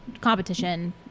competition